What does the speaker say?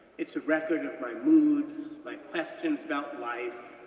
it's a record of my moods, my questions about life,